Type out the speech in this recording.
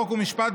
חוק ומשפט,